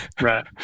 Right